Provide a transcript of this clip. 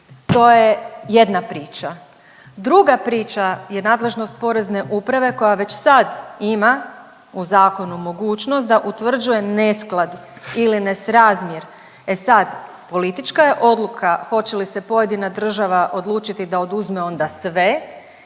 To je jedna priča. Druga priča je nadležnost Porezne uprave koja već sad ima u zakonu mogućnost da utvrđuje nesklad ili nesrazmjer. E sad, politička je odluka hoće li se pojedina država odlučiti da oduzme onda sve,